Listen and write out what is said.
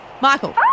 Michael